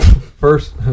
First